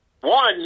One